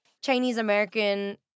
Chinese-American